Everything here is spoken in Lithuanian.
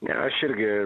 ne aš irgi